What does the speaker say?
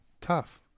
tough